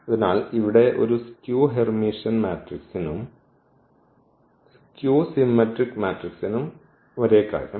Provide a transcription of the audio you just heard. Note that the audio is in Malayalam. അതിനാൽ ഇവിടെ ഒരു സ്ക്യൂ ഹെർമിഷ്യൻ മാട്രിക്സിനും സ്ക്യൂ സിമെട്രിക് മാട്രിക്സിനും ഒരേ കാര്യം